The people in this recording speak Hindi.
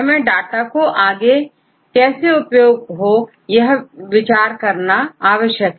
हमें डाटा का आगे कैसे उपयोग हो सकता है इस पर विचार करना आवश्यक है